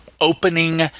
opening